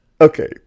Okay